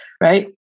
right